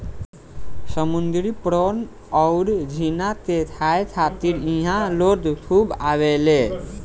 समुंद्री प्रोन अउर झींगा के खाए खातिर इहा लोग खूब आवेले